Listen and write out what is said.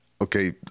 okay